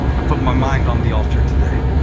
i put my mind on the altar today,